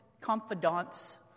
confidants